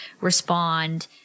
respond